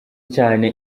cyane